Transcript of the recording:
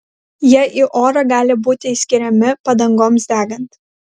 jie į orą gali būti išskiriami padangoms degant